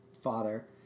father